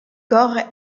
corps